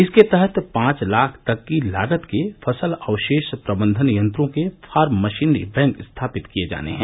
इसके तहत पांच लाख तक की लागत के फसल अवशेष प्रबंधन यंत्रों के फार्म मशीनरी बैंक स्थापित किये जाने हैं